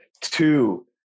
two